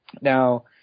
Now